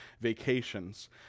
vacations